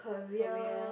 career